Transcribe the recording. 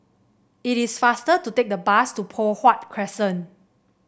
it is faster to take the bus to Poh Huat Crescent